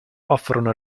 offrono